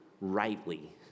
rightly